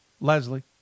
Leslie